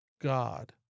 God